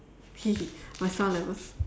my sound levels